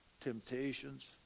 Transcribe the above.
temptations